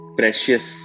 precious